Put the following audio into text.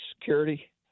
Security